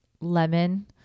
lemon